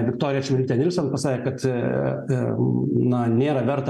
viktorija čmilytė nielsen pasakė kad na nėra verta